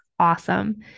awesome